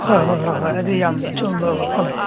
ꯍꯣꯏ ꯍꯣꯏ ꯍꯣꯏ ꯑꯗꯨ ꯌꯥꯝꯅ ꯑꯆꯨꯝꯕ ꯋꯥꯐꯝꯅꯤ